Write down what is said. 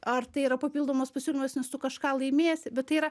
ar tai yra papildomas pasiūlymas nes tu kažką laimėsi bet tai yra